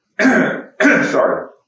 Sorry